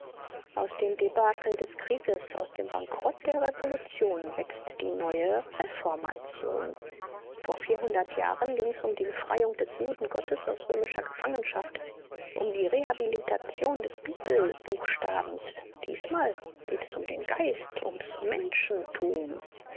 aus dem debcle des krieges aus dem bankrott der revolution wächst die neue reformation vor vierhundert jahren ging's um die befreiung des judengottes aus römischer gefangenschaft um die rehabilitation des bibel-buchstabens diesmal geht's um den geist ums menschentum